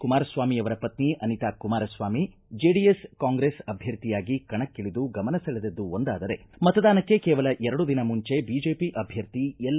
ಕುಮಾರಸ್ವಾಮಿ ಅವರ ಪತ್ನಿ Anita Kumaraswamy JDS Congress ಅಭ್ಯರ್ಥಿಯಾಗಿ ಕಣಕ್ಕಿಳದು ಗಮನ ಸೆಳೆದದ್ದು ಒಂದಾದರೆ ಮತದಾನಕ್ಕೆ ಕೇವಲ ಎರಡು ದಿನ ಮುಂಚೆ ಬಿಜೆಪಿ ಅಭ್ಯರ್ಥಿ ಎಲ್